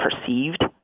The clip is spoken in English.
perceived